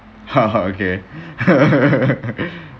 ha ha okay